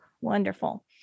Wonderful